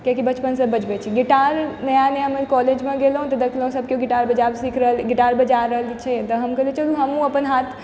कियाकि बचपनसँ बजबै छी गिटार नया नयामे कॉलेजमे गेलहुँ तऽ देखलहुँ सब केओ गिटार बजा रहल छै तऽ हम कहलियै चलु हम अपन हाथ